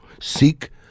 seek